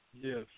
Yes